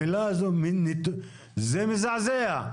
המילה הזאת, זה מזעזע.